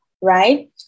right